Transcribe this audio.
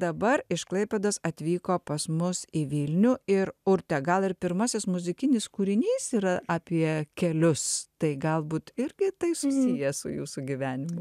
dabar iš klaipėdos atvyko pas mus į vilnių ir urte gal ir pirmasis muzikinis kūrinys yra apie kelius tai galbūt irgi tai susiję su jūsų gyvenimu